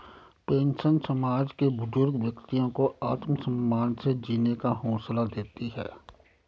pension समाज के बुजुर्ग व्यक्तियों को आत्मसम्मान से जीने का हौसला देती है